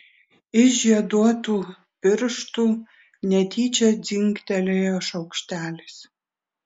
iš žieduotų pirštų netyčia dzingtelėjo šaukštelis